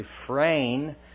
refrain